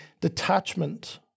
detachment